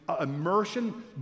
immersion